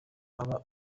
aba